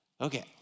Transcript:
Okay